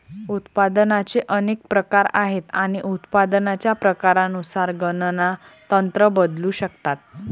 उत्पादनाचे अनेक प्रकार आहेत आणि उत्पादनाच्या प्रकारानुसार गणना तंत्र बदलू शकतात